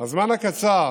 הזמן הקצר